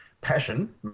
passion